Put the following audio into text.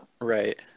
right